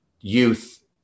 youth